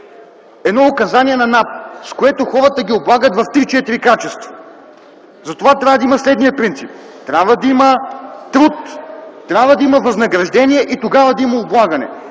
едно указание на НАП, с което хората ги облагат в три-четири качества. Затова трябва да има следния принцип – трябва да има труд, трябва да има възнаграждение и тогава да има облагане.